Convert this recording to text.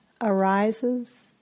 arises